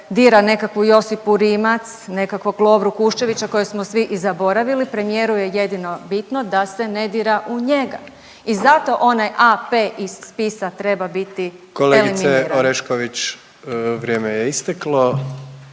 dira nekakvu Josipu Rimac, nekakvog Lovru Kuščevića, koje smo svi i zaboravili, premijeru je jedino bitno da se ne dira u njega i zato onaj AP iz spisa treba biti … .../Upadica: Kolegice Orešković… /... eliminiran.